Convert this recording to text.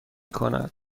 کند